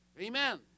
Amen